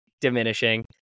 diminishing